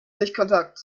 sichtkontakt